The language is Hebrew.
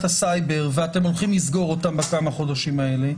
הסייבר ואתם הולכים לסגור אותם בכמה החודשים האלה,